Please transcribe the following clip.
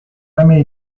jamais